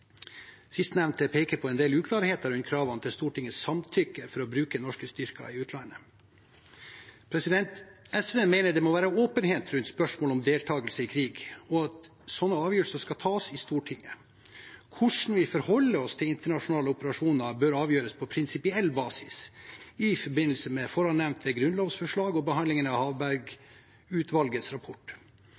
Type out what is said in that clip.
peker på en del uklarheter rundt kravene til Stortingets samtykke for å bruke norske styrker i utlandet. SV mener at det må være åpenhet rundt spørsmålet om deltakelse i krig, og at sånne avgjørelser skal tas i Stortinget. Hvordan vi forholder oss til internasjonale operasjoner, bør avgjøres på prinsipiell basis, i forbindelse med forannevnte grunnlovsforslag og behandlingen av Harberg-utvalgets rapport.